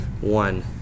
one